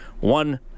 one